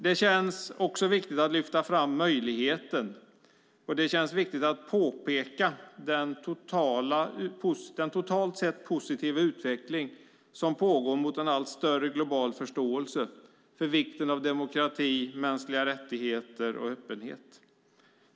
Det känns också viktigt att lyfta fram möjligheten och att påpeka den totalt sett positiva utveckling som pågår mot en allt större global förståelse för vikten av demokrati, mänskliga rättigheter och öppenhet.